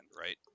right